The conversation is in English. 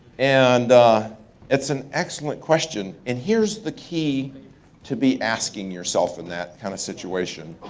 and it's an excellent question. and here's the key to be asking yourself in that kind of situation.